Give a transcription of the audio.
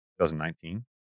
2019